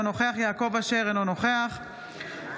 אינו נוכח יעקב אשר,